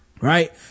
Right